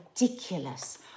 ridiculous